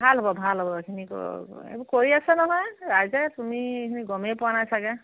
ভাল হ'ব ভাল হ'ব এইখিনি এইবোৰ কৰি আছে নহয় ৰাইজে তুমি সেই গমেই পোৱা নাই চাগৈ